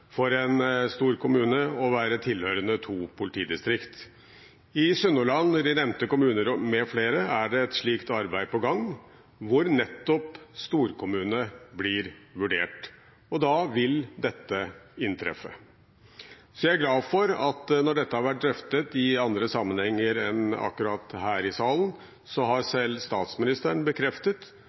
for en stor kommune å være tilhørende to politidistrikt. I Sunnhordland og i de nevnte kommuner mfl. er det et slikt arbeid på gang, hvor nettopp storkommune blir vurdert. Og da vil dette inntreffe. Så jeg er glad for at når dette har vært drøftet i andre sammenhenger enn akkurat her i salen, så har selv statsministeren bekreftet